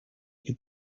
could